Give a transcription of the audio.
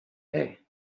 pay